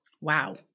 Wow